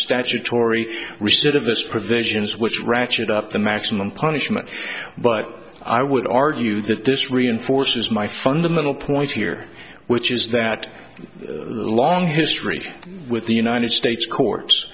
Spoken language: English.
statutory recidivist provisions which ratchet up the maximum punishment but i would argue that this reinforces my fundamental point here which is that the long history with the united states courts